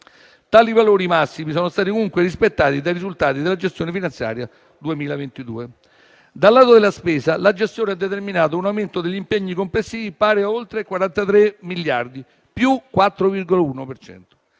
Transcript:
Tali valori massimi sono stati comunque rispettati dai risultati della gestione finanziaria 2022. Dal lato della spesa, la gestione ha determinato un aumento degli impegni complessivi pari a oltre 43 miliardi (+4,1